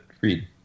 read